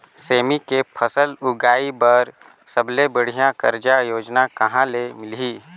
सेमी के फसल उगाई बार सबले बढ़िया कर्जा योजना कहा ले मिलही?